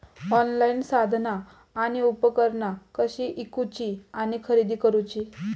Online साधना आणि उपकरणा कशी ईकूची आणि खरेदी करुची?